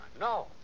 no